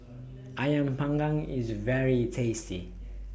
Ayam Panggang IS very tasty